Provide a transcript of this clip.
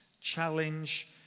challenge